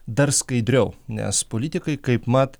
dar skaidriau nes politikai kaipmat